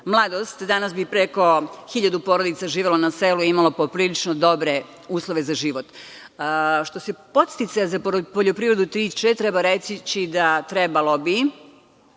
mladost, danas bi preko hiljadu porodica živelo na selu i imalo poprilično dobre uslove za život. Što se podsticaja za poljoprivredu tiče, treba reći da bi trebalo